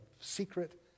secret